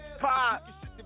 Pop